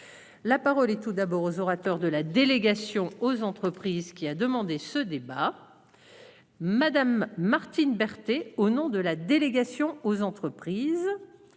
La parole et tout d'abord aux orateurs de la délégation aux entreprises qui a demandé ce débat. Madame Martine Berthet au nom de la délégation aux entreprises.